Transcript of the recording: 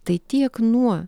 tai tiek nuo